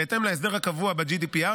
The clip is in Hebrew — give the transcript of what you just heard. בהתאם להסדר הקבוע ב-GDPR,